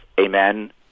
amen